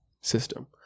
system